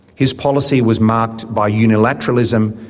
his policy was marked by unilateralism,